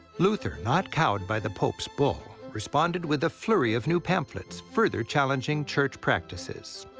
luther, not cowed by the pope's bull, responded with a flurry of new pamphlets, further challenging church practices.